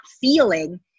feeling